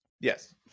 Yes